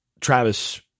Travis